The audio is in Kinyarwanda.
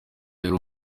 yari